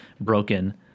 broken